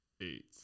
eight